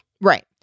Right